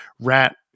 rat